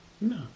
No